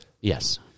Yes